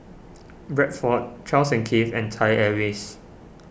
Bradford Charles and Keith and Thai Airways